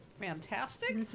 fantastic